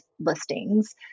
listings